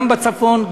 גם בצפון,